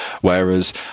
whereas